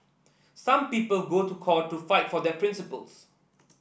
some people go to court to fight for their principles